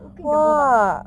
我跟你讲过吗